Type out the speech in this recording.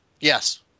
Yes